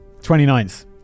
29th